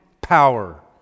power